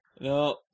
No